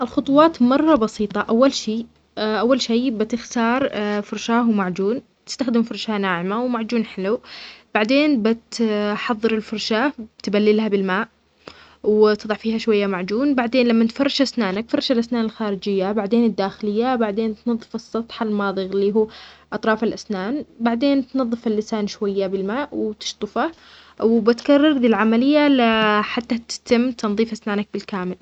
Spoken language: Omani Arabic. الخطوات مره بسيطة اول شي -اول شي بتختار فرشاة ومعجون بتستخدم فرشاة ناعمة ومعجون حلو بعدين بتحضر الفرشاة تبللها بالماء وتضع فيها شوية معجون بعدين لما تفرش أسنانك تفرش الأسنان الخارجية بعدين الداخلية بعدين تنظف السطح الماضغ اللي هو أطراف الأسنان بعدين تنظف اللسان شوية بالماء وتشطفه وبتكرر للعملية لحتى تتم تنظيف أسنانك بالكامل